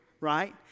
right